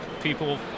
people